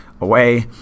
away